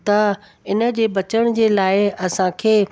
त इन जे बचण जे लाइ असांखे